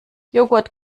joghurt